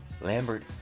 Lambert